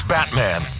Batman